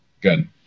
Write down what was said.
Good